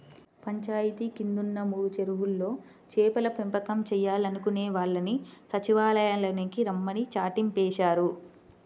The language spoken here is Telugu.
పంచాయితీ కిందున్న మూడు చెరువుల్లో చేపల పెంపకం చేయాలనుకునే వాళ్ళని సచ్చివాలయానికి రమ్మని చాటింపేశారు